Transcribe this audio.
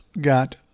got